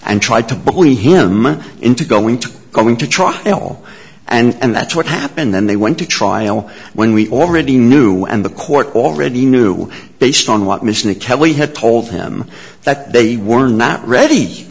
and tried to bully him into going to going to try it all and that's what happened then they went to trial when we already knew why and the court already knew based on what mission that kelly had told him that they weren't not ready